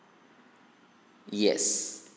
yes